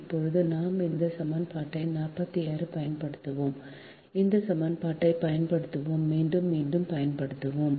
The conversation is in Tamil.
இப்போது நாம் இந்த சமன்பாட்டை 46 பயன்படுத்துவோம் இந்த சமன்பாட்டை பயன்படுத்துவோம் மீண்டும் மீண்டும் பயன்படுத்துவோம்